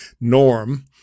Norm